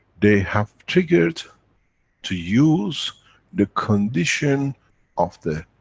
they have triggered to use the condition of the